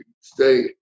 stay